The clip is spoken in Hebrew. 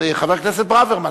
חבר הכנסת ברוורמן,